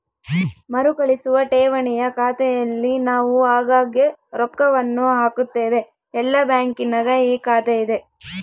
ಮರುಕಳಿಸುವ ಠೇವಣಿಯ ಖಾತೆಯಲ್ಲಿ ನಾವು ಆಗಾಗ್ಗೆ ರೊಕ್ಕವನ್ನು ಹಾಕುತ್ತೇವೆ, ಎಲ್ಲ ಬ್ಯಾಂಕಿನಗ ಈ ಖಾತೆಯಿದೆ